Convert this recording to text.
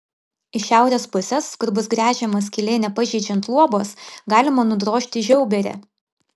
iš šiaurės pusės kur bus gręžiama skylė nepažeidžiant luobos galima nudrožti žiauberį